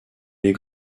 les